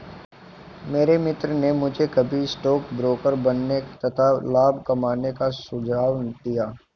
मेरे मित्र ने मुझे भी स्टॉक ब्रोकर बनने तथा लाभ कमाने का सुझाव दिया